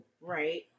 Right